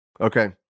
Okay